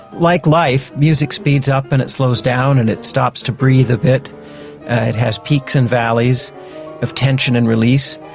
like life, music speeds up and it slows down and it stops to breathe a bit. it has peaks and valleys of tension and release.